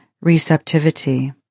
receptivity